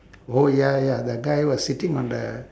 oh ya ya the guy was sitting on the